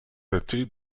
daté